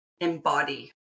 embody